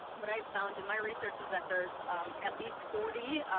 what i've found in my research is that there's at least forty,